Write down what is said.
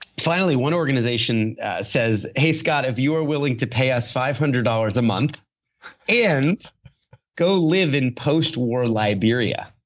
finally, one organization says, hey scott, if you are willing to pay us five hundred dollars a month and go live in post war liberia,